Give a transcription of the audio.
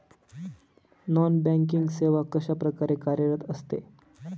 Non banking सेवा कशाप्रकारे कार्यरत असते?